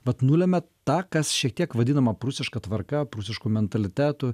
vat nulėmė tą kas šiek tiek vadinama prūsiška tvarka prūsišku mentalitetu